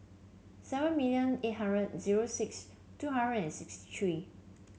seven million eight hundred zero six two hundred and sixty three